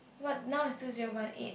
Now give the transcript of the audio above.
but now is two zero one eight